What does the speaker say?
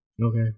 okay